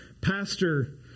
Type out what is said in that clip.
pastor